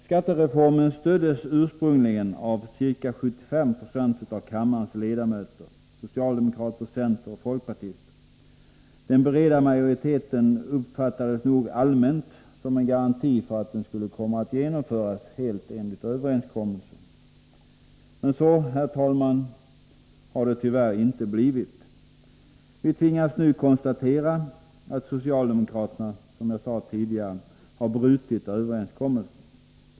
Skattereformen stöddes ursprungligen av ca 75 20 av kammarens ledamöter, av socialdemokrater, centerpartister och folkpartister. Den breda majoriteten uppfattades nog allmänt som en garanti för att den skulle komma att genomföras helt enligt överenskommelsen. Men så har det, herr talman, tyvärr inte blivit. Vi tvingas nu konstatera att socialdemokraterna, som jag sade tidigare, har brutit överenskommelsen.